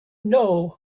know